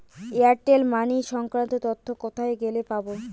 Airtel money সংক্রান্ত তথ্য কোথায় গেলে পাব?